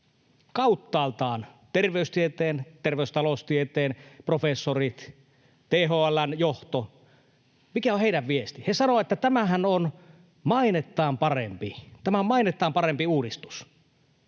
kauttaaltaan — terveystieteen, terveystaloustieteen professoreilta, THL:n johdolta — mikä on heidän viestinsä, niin he sanovat, että tämähän on mainettaan parempi — tämä